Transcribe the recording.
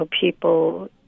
people